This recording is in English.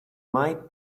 might